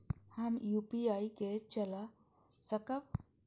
हम यू.पी.आई के चला सकब?